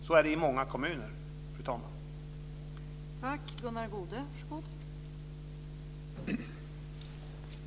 Så är det i många kommuner, fru talman.